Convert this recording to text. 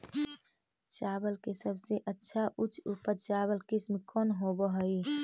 चावल के सबसे अच्छा उच्च उपज चावल किस्म कौन होव हई?